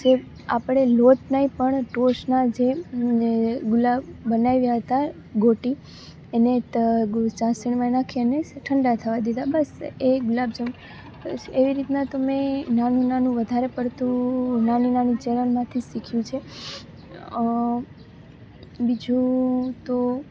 જે આપણે લોટ નહીં પણ ટોસ્ટનાં જે ને ગુલ્લાં બનાવ્યાં હતાં ગોટી એને ચાસણીમાં નાખી અને ઠંડા થવાં દીધાં બસ એ ગુલાબ જાંબુ એવી રીતનાં તો મેં નાનું નાનું વધારે પડતું નાની નાની ચેનલમાંથી શીખ્યું છે બીજું તો